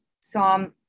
Psalm